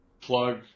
plug